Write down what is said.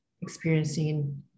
experiencing